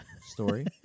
story